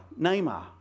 Neymar